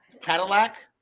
Cadillac